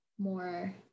More